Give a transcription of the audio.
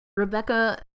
Rebecca